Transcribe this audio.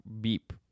beep